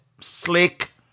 slick